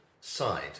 side